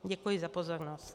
Děkuji za pozornost.